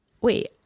wait